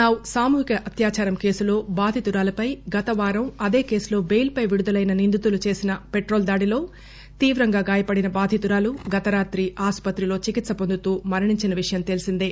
ఉన్నావ్ సామూహిక అత్యాచారం కేసులో బాధితురాలిపై గత వారం అదే కేసులో టెయిల్ పై విడుదలయిన నిందితులు చేసిన పెట్రోల్ దాడిలో తీవ్రంగా గాయపడిన బాధితురాలు గత రాత్రి ఆసుపత్రిలో చికిత్ప పొందుతూ మరణించిన విషయం తెలిసిందే